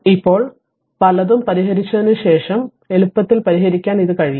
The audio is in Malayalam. ഇപ്പോൾ പലതും പരിഹരിച്ചതിന് ശേഷം അത് എളുപ്പത്തിൽ പരിഹരിക്കാൻ കഴിയും